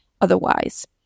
otherwise